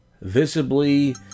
Visibly